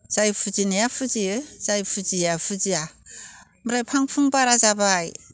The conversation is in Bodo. जाय फुजिनाया फुजियो जाय फुजियैया फुजिया ओमफ्राय फां फुं बारा जाबाय